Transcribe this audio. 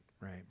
right